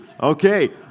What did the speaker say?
Okay